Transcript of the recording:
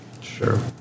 sure